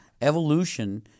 evolution